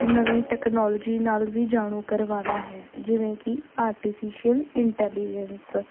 ਨਵੀਂ ਟੈਕਨੋਲੋਜੀ ਨਾਲ ਵੀ ਜਾਣੂ ਕਰਵਾਉਣਾ ਹੈ ਜਿਵੇਂ ਕਿ ਆਰਟੀਫਿਸ਼ੀਅਲ ਇੰਟੈਲੀਜੈਂਸ